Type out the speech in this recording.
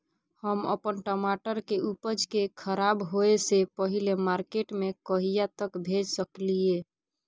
हम अपन टमाटर के उपज के खराब होय से पहिले मार्केट में कहिया तक भेज सकलिए?